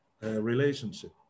relationship